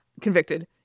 Convicted